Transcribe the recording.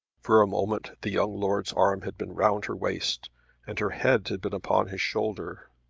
for a moment the young lord's arm had been round her waist and her head had been upon his shoulder.